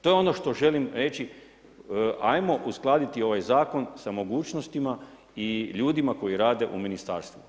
To je ono što želim reći hajmo uskladiti ovaj zakon sa mogućnostima i ljudima koji rade u ministarstvu.